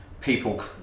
people